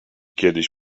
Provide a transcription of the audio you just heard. kiedyś